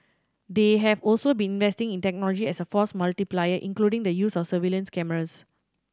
they have also been investing in technology as a force multiplier including the use of surveillance cameras